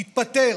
תתפטר.